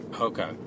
okay